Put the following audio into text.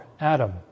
Adam